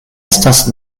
estas